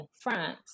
France